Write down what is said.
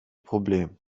problem